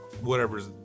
whatever's